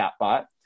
chatbot